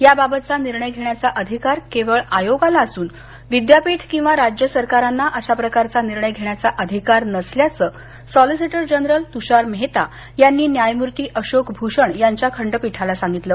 या बाबतचा निर्णय घेण्याचा अधिकार केवळ आयोगाला असून विद्यापीठ किंवा राज्य सरकारांना अश्या प्रकारचा निर्णय घेण्याचा अधिकार नसल्याचं सॉलीसीटर जनरल तुषार मेहता यांनी न्यायमूर्ती अशोक भूषण यांच्या खंडपीठाला सांगितलं